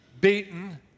beaten